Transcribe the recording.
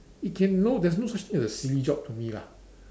it can no there's no such thing as a silly job to me lah